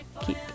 keep